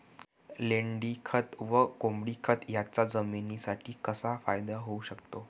लेंडीखत व कोंबडीखत याचा जमिनीसाठी कसा फायदा होऊ शकतो?